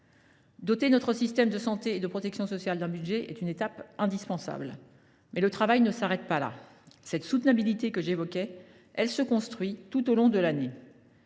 Doter notre système de santé et de protection sociale d’un budget est une étape indispensable. Mais le travail ne s’arrête pas là. La soutenabilité que j’évoquais se bâtit tout au long de l’année.